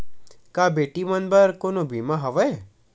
का बेटी मन बर कोनो बीमा हवय?